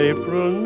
April